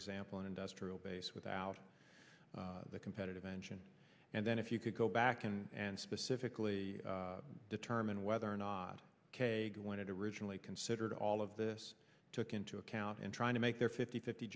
example an industrial base without the competitive engine and then if you could go back and specifically determine whether or not when it originally considered all of this took into account and trying to make their fifty fifty